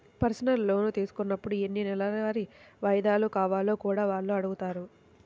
personal loan తీసుకున్నప్పుడు ఎన్ని నెలసరి వాయిదాలు కావాలో కూడా వాళ్ళు అడుగుతారు